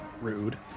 rude